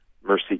Mercy